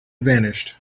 vanished